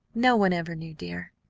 no one ever knew, dear.